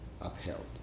upheld